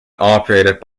operated